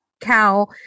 cow